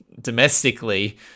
domestically